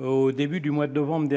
au début du mois de novembre,